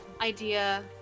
idea